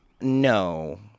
No